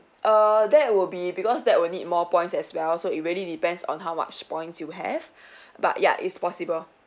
err that would be because that will need more points as well so it really depends on how much points you have but ya is possible